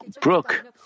Brooke